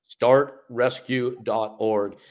Startrescue.org